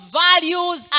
values